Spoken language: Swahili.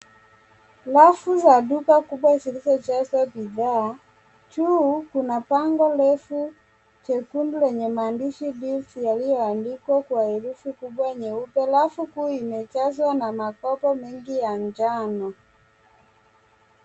Rafu za duka kubwa zilizojaswa bidhaa juu kuna bango refu chekundu lenye maandishi deals yalioandikwa kwa herufi kubwa nyeupe rafu huu limejaswa na makoho nyingi ya njano.